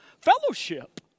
fellowship